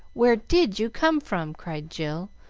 where did you come from? cried jill,